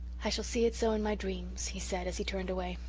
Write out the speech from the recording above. i shall see it so in my dreams, he said, as he turned away.